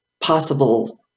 possible